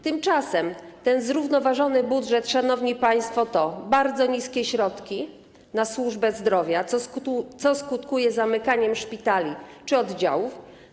Tymczasem ten zrównoważony budżet, szanowni państwo, to bardzo niskie środki na służbę zdrowia, co skutkuje zamykaniem szpitali czy oddziałów.